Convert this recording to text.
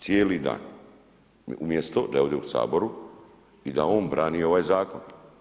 Cijeli dan umjesto da je ovdje u Saboru i da on brani ovaj zakon.